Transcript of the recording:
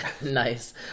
Nice